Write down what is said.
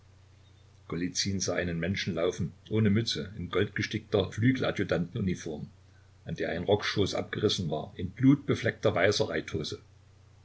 sah einen menschen laufen ohne mütze in goldgestickter flügeladjutantenuniform an der ein rockschoß abgerissen war in blutbefleckter weißer